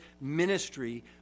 ministry